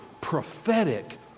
prophetic